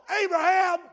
Abraham